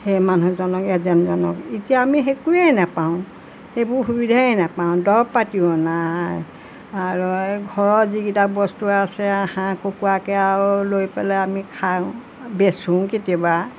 সেই মানুহজনক এজেন্টজনক এতিয়া আমি সেইটোৱে নেপাওঁ সেইবোৰ সুবিধায়ে নেপাওঁ দৰৱ পাতিও নাই আৰু এই ঘৰৰ যিকেইটা বস্তু আছে আৰু হাঁহ কুকুৱাকে আৰু লৈ পেলাই আমি খাওঁ বেচোঁও কেতিয়াবা